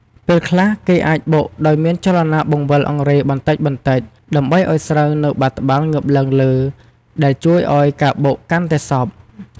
ពេលខ្លះ គេអាចបុកដោយមានចលនាបង្វិលអង្រែបន្តិចៗ ដើម្បីឱ្យស្រូវនៅបាតត្បាល់ងើបឡើងលើ ដែលជួយឱ្យការបុកកាន់តែសព្វ។